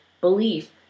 belief